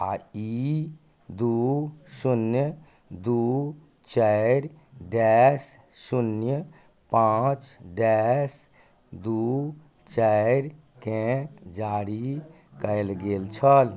आ ई दू शून्य दू चारि डैश शून्य पाँच डैश दू चारकेँ जारी कयल गेल छल